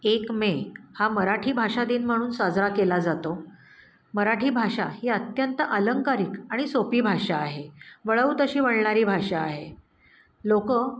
एक मे हा मराठी भाषादिन म्हणून साजरा केला जातो मराठी भाषा ही अत्यंत अलंकारिक आणि सोपी भाषा आहे वळवू तशी वळणारी भाषा आहे लोकं